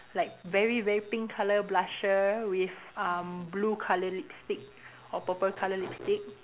like very very pink colour blusher with um blue colour lipstick or purple colour lipstick